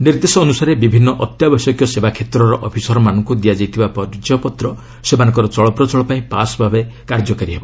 ନିର୍ଦ୍ଦେଶ ଅନୁସାରେ ବିଭିନ୍ନ ଅତ୍ୟାବଶ୍ୟକୀୟ ସେବା କ୍ଷେତ୍ରର ଅଫିସରମାନଙ୍କୁ ଦିଆଯାଇଥିବା ପରିଚୟପତ୍ର ସେମାନଙ୍କର ଚଳପ୍ରଚଳ ପାଇଁ ପାସ୍ ଭାବେ କାର୍ଯ୍ୟକାରୀ ହେବ